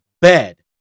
bed